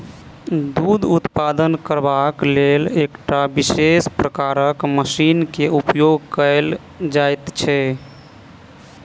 दूध उत्पादन करबाक लेल एकटा विशेष प्रकारक मशीन के उपयोग कयल जाइत छै